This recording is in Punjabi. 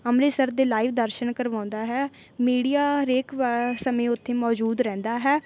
ਅੰਮ੍ਰਿਤਸਰ ਦੇ ਲਾਈਵ ਦਰਸ਼ਨ ਕਰਵਾਉਂਦਾ ਹੈ ਮੀਡੀਆ ਹਰੇਕ ਵਾ ਸਮੇਂ ਉੱਥੇ ਮੌਜੂਦ ਰਹਿੰਦਾ ਹੈ